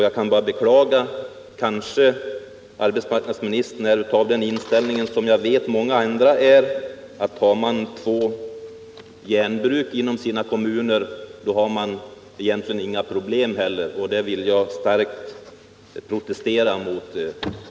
Jag kan bara beklaga om arbetsmarknadsministern har den inställning som jag vet att många andra har. De säger, att om ett län inom sina kommuner har två järnbruk, har länet egentligen inte några problem. Det vill jag starkt protestera mot.